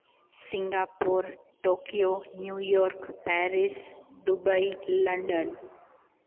Singapore Tokyo New York Paris Dubai London